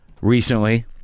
recently